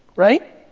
right?